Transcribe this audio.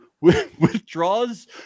withdraws